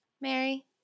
Mary